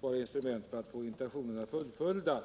vara instrument för att få intentionerna fullföljda.